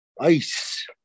Ice